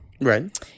Right